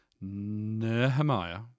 Nehemiah